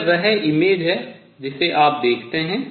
यह वह प्रतिबिम्ब है जिसे आप देखते हैं